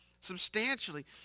substantially